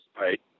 right